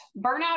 Burnout